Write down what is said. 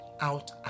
out